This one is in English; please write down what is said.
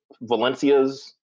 Valencia's